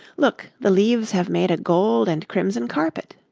look, the leaves have made a gold and crimson carpet.